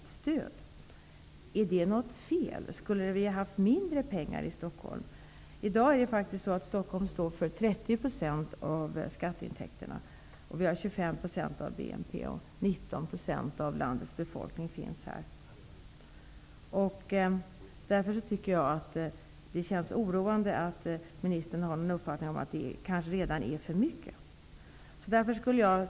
Är det något fel? Skulle Stockholm ha fått mindre pengar? I dag står Stockholm faktiskt för 30 % av skatteintäkterna, 25 % av BNP och har 19 % av landets befolkning. Därför tycker jag att det känns oroande att ministern har uppfattningen att det kanske redan är för mycket.